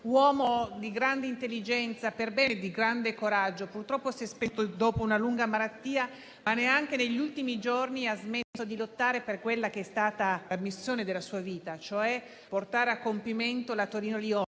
Uomo di grande intelligenza, perbene e di grande coraggio, purtroppo si è spento dopo una lunga malattia, ma neanche negli ultimi giorni ha smesso di lottare per quella che è stata la missione della sua vita, cioè portare a compimento la Torino-Lione,